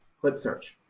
click search.